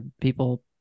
people